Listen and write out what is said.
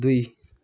दुई